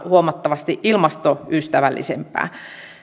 huomattavasti ilmastoystävällisempää käyttövoimana